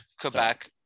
Quebec